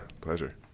pleasure